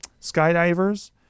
skydivers